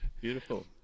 Beautiful